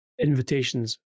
invitations